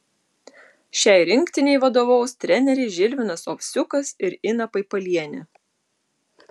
šiai rinktinei vadovaus treneriai žilvinas ovsiukas ir ina paipalienė